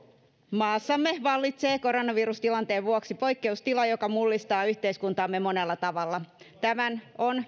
maassamme vallitsee koronavirustilanteen vuoksi poikkeustila joka mullistaa yhteiskuntaamme monella tavalla tämän on